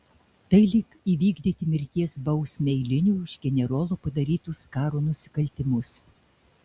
tai lyg įvykdyti mirties bausmę eiliniui už generolo padarytus karo nusikaltimus